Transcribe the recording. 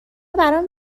برام